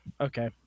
okay